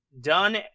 done